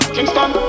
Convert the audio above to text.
Kingston